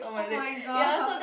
[oh]-my-gosh